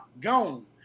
gone